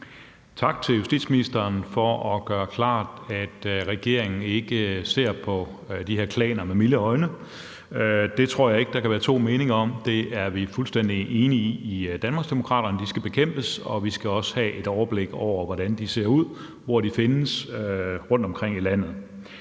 Tak til justitsministeren for at gøre det klart, at regeringen ikke ser på de her klaner med milde øjne. Jeg tror ikke, der kan være to meninger om, at de skal bekæmpes – det er vi i Danmarksdemokraterne fuldstændig enige i – og vi skal også have et overblik over, hvordan de ser ud, og hvor de findes rundtomkring i landet.